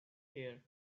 here